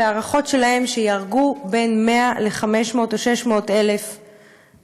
וההערכות שלהם הן שייהרגו בין 100,000 ל-500,000 או 600,000 איש,